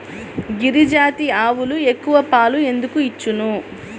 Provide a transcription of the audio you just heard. గిరిజాతి ఆవులు ఎక్కువ పాలు ఎందుకు ఇచ్చును?